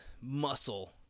muscle